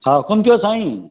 हा हुकुम कयो साईं